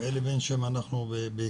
עם אלי בן שם אנחנו בהיכרות